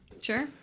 Sure